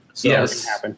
Yes